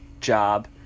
job